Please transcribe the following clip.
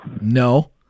no